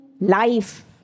life